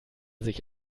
sich